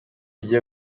igiye